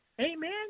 Amen